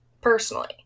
personally